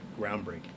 groundbreaking